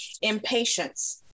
impatience